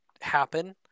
happen